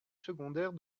secondaire